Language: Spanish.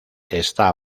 está